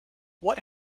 what